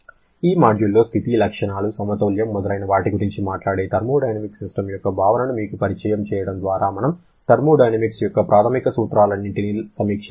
ఈ మాడ్యూల్లో స్థితి లక్షణాలు సమతౌల్యం మొదలైన వాటి గురించి మాట్లాడే థర్మోడైనమిక్ సిస్టమ్ యొక్క భావనను మీకు పరిచయం చేయడం ద్వారా మనము థర్మోడైనమిక్స్ యొక్క ప్రాథమిక సూత్రాలన్నిటిని సమీక్షించాము